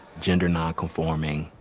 gender nonconforming,